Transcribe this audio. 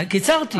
קיצרתי.